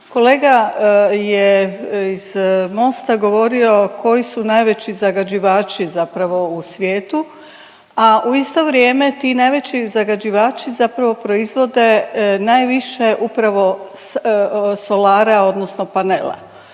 Kolega je iz Mosta govorio koji su najveći zagađivači zapravo u svijetu, a u isto vrijeme ti najveći zagađivači zapravo proizvode najviše upravo solara odnosno panela.